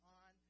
on